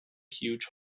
huge